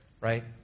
right